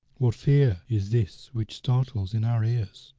what fear is this which startles in our ears?